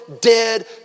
dead